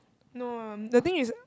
no um the thing is